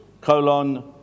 colon